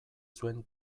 zuen